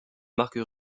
marque